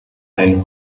einen